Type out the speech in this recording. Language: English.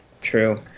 True